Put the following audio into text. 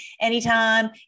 anytime